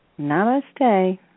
Namaste